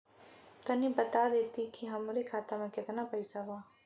तनि बता देती की हमरे खाता में कितना पैसा बा?